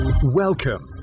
Welcome